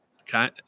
Okay